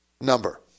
number